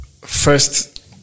first